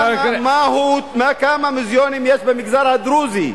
כמה מיליונים יש במגזר הדרוזי?